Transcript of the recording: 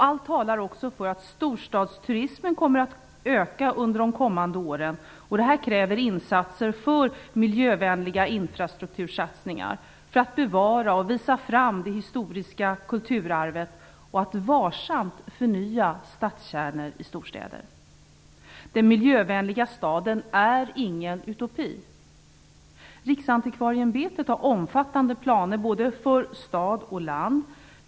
Allt talar också för att storstadsturismen kommer att öka under de kommande åren. Detta kräver insatser för miljövänliga infrastruktursatsningar för att bevara och visa fram det historiska kulturarvet och för att varsamt förnya stadskärnor i storstäder. Den miljövänliga staden är ingen utopi. Riksantikvarieämbetet har omfattande planer både för stad och för land.